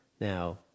Now